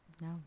No